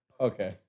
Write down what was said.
Okay